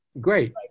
great